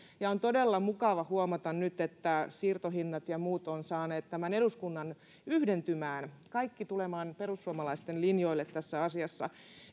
ja on todella mukava huomata nyt että siirtohinnat ja muut ovat saaneet tämän eduskunnan yhdentymään kaikki tulemaan perussuomalaisten linjoille tässä asiassa